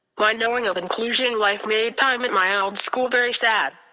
my knowing of inclusion life made time at my old school very sad.